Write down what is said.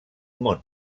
món